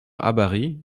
habary